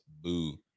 Boo